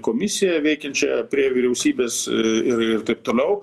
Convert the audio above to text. komisiją veikiančią prie vyriausybės ir ir taip toliau